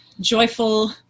joyful